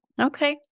Okay